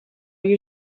you